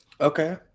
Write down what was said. okay